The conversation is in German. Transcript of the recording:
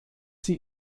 sie